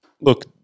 look